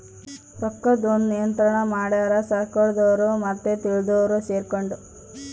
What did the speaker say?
ರೊಕ್ಕದ್ ಒಂದ್ ನಿಯಂತ್ರಣ ಮಡ್ಯಾರ್ ಸರ್ಕಾರದೊರು ಮತ್ತೆ ತಿಳ್ದೊರು ಸೆರ್ಕೊಂಡು